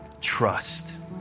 trust